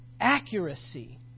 accuracy